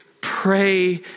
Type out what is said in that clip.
Pray